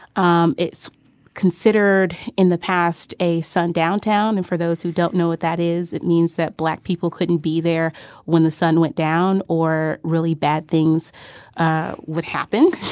um it's considered, in the past, a sundown town. and for those who don't know what that is, it means that black people couldn't be there when the sun went down or really bad things would happen.